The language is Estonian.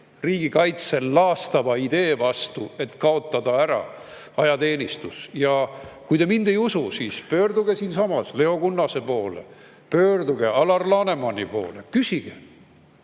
riigikaitset laastava idee vastu, et kaotada ära ajateenistus. Ja kui te mind ei usu, siis pöörduge siinsamas Leo Kunnase poole, pöörduge Alar Lanemani poole. Küsige,